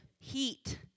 heat